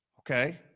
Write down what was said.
Okay